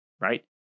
right